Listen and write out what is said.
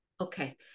Okay